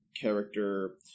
character